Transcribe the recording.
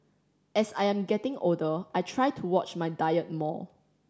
as I am getting older I try to watch my diet more